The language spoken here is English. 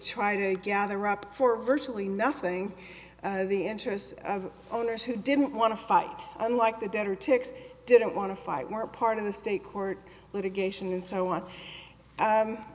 try to gather up for virtually nothing of the interest of owners who didn't want to fight unlike the debtor techs didn't want to fight more part of the state court litigation and so on